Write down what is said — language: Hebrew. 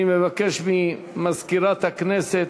אני מבקש ממזכירת הכנסת,